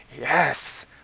yes